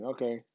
Okay